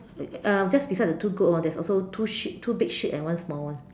uh just beside the two goat lor there's also two sheep two big sheep and one small one